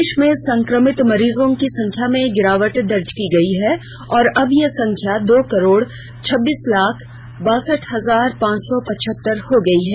देश में सक्रमित मरीजों की संख्या में गिरावट दर्ज की गई है और अब ये संख्या दो करोड़ छब्बीस लाख बारसठ हजार पांच सौ पचहत्तर हो गई है